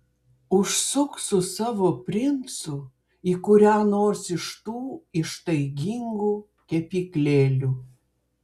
užsuk su savo princu į kurią nors iš tų ištaigingų kepyklėlių